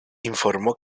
informó